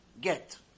get